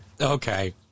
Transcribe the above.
Okay